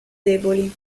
deboli